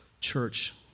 Church